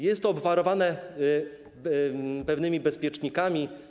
Jest to obwarowane pewnymi bezpiecznikami.